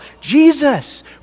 Jesus